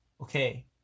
okay